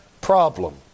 problem